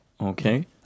okay